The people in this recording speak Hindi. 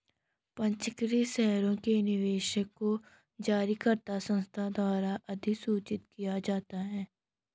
पंजीकृत शेयरों के निवेशक को जारीकर्ता संस्था द्वारा अधिसूचित किया जाता है